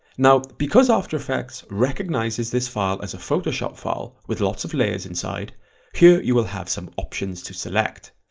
now because after effects recognizes this file as a photoshop file with lots of layers inside here you will have some options to select.